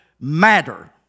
matter